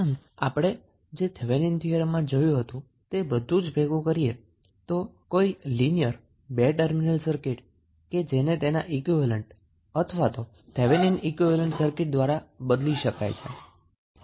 આમ આપણે થેવેનીન થીયરમમાં જે જોયું તે યાદ કરીએ તો કોઈ લિનિયર બે ટર્મિનલ સર્કિટને તેના ઈક્વીવેલેન્ટ અથવા તો થેવેનીન ઈક્વીવેલેન્ટ સર્કીટ દ્વારા બદલી શકાય છે